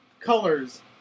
colors